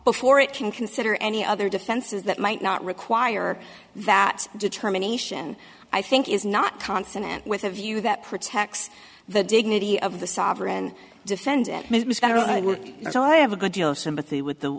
before it can consider any other defenses that might not require that determination i think is not consonant with a view that protects the dignity of the sovereign defends it so i have a good deal of sympathy